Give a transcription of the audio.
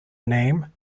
name